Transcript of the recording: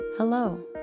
Hello